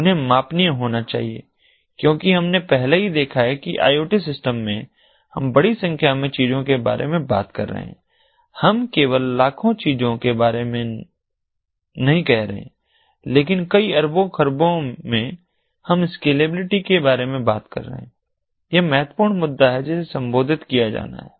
उन्हें मापनीय होना चाहिए क्योंकि हमने पहले ही देखा है कि आई ओ टी सिस्टम में हम बड़ी संख्या में चीजों के बारे में बात कर रहे हैं हम केवल लाखों चीजों के बारे में नहीं कह रहे हैं लेकिन कई अरबों और खरबों में हम स्केलेबिलिटी के बारे में बात कर रहे हैं यह बहुत महत्वपूर्ण मुद्दा है जिसे संबोधित किया जाना है